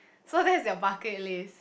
so that's your bucket list